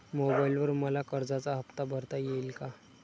मोबाइलवर मला कर्जाचा हफ्ता भरता येईल का?